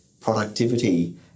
productivity